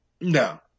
no